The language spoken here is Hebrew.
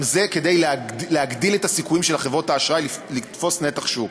גם זה כדי להגדיל את הסיכויים של חברות האשראי לתפוס נתח שוק.